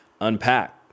unpack